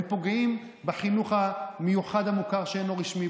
הם פוגעים בחינוך המיוחד המוכר שאינו רשמי,